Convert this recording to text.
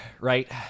right